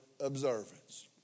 observance